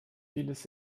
vieles